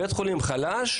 בית חולים חלש,